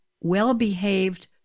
well-behaved